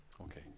Okay